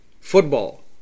football